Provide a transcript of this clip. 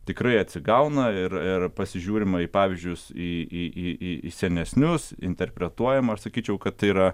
tikrai atsigauna ir ir pasižiūrima į pavyzdžius į į į į į senesnius interpretuojama ir sakyčiau kad tai yra